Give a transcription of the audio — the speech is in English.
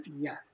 Yes